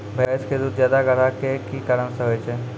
भैंस के दूध ज्यादा गाढ़ा के कि कारण से होय छै?